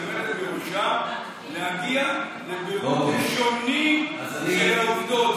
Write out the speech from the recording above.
עומדת בראשה להגיע לבירור ראשוני לעומקו,